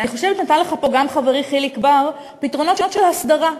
אני חושבת שנתן לך פה גם חברי חיליק בר פתרונות של הסדרה,